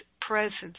presence